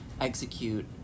execute